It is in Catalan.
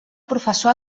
professor